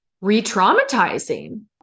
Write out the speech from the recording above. re-traumatizing